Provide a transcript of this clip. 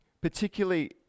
particularly